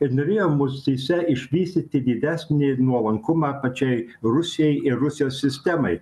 ir norėjo mūsyse išvystyti didesnį nuolankumą pačiai rusijai ir rusijos sistemai